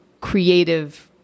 creative